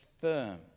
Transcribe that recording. firm